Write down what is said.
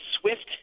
SWIFT